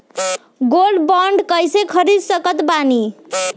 Gold bond कईसे खरीद सकत बानी?